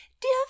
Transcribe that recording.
Dear